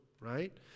Right